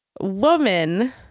woman